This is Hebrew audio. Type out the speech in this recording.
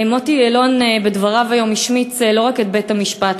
מוטי אלון בדבריו היום השמיץ לא רק את בית-המשפט,